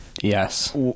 Yes